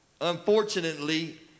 Unfortunately